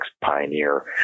pioneer